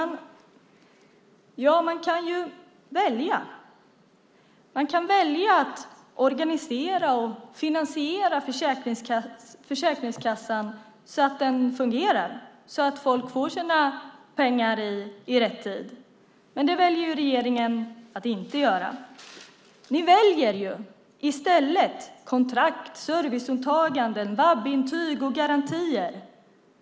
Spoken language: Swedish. Fru talman! Man kan välja. Man kan välja att organisera och finansiera Försäkringskassan så att den fungerar, så att folk får sina pengar i rätt tid. Men det väljer regeringen att inte göra. Ni väljer i stället kontrakt, serviceåtaganden, VAB-intyg och garantier.